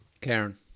Karen